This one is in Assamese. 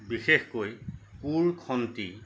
বিশেষকৈ কোৰ খন্তি